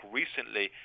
recently